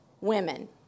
women